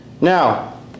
Now